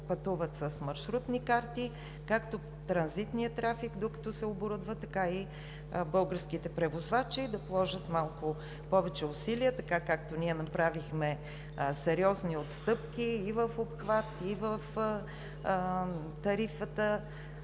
пътуват с маршрутни карти – както транзитният трафик, докато се оборудват, така и българските превозвачи да положат малко повече усилия, така както ние направихме сериозни отстъпки и в обхват, и в тарифата